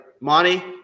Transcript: Monty